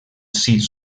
sis